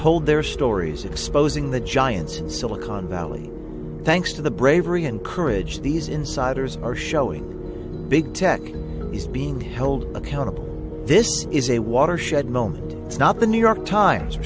told their stories exposing the giants in silicon valley thanks to the bravery and courage these insiders are showing big tech is being held accountable this is a watershed moment it's not the new york times or